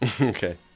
Okay